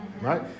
Right